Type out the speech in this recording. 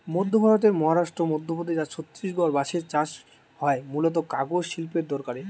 মধ্য ভারতের মহারাষ্ট্র, মধ্যপ্রদেশ আর ছত্তিশগড়ে বাঁশের চাষ হয় মূলতঃ কাগজ শিল্পের দরকারে